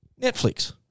Netflix